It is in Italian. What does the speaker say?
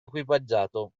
equipaggiato